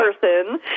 person